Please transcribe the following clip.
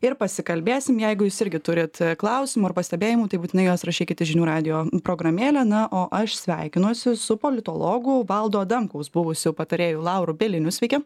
ir pasikalbėsim jeigu jūs irgi turit klausimų ar pastebėjimų tai būtinai juos rašykite žinių radijo programėle na o aš sveikinuosi su politologu valdo adamkaus buvusiu patarėju lauru bieliniu sveiki